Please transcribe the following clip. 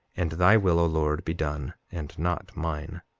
and thy will, o lord, be done, and not mine.